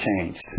changed